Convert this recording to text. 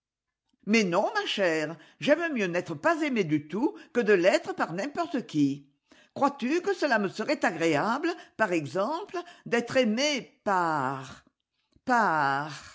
mais non ma chère j'aime mieux n'être pas aimée du tout que de l'être par n'importe qui crois-tu que cela me serait agréable par exemple d'être aimée par